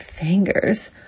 Fingers